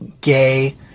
gay